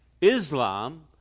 Islam